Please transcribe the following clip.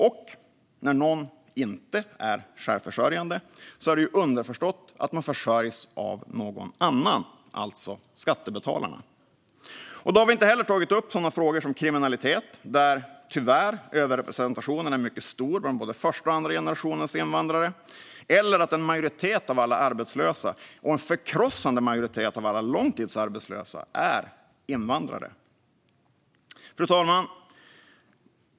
Och när någon inte är självförsörjande är det underförstått att man försörjs av någon annan, alltså skattebetalarna. Då har vi inte heller tagit upp sådana frågor som kriminalitet, där tyvärr överrepresentationen är mycket stor bland både första och andra generationens invandrare, eller att en majoritet av alla arbetslösa och en förkrossande majoritet av alla långtidsarbetslösa är invandrare. Fru talman!